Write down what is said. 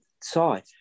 side